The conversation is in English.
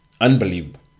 Unbelievable